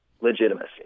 legitimacy